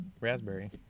Raspberry